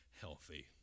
healthy